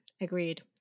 Agreed